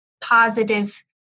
positive